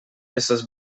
estas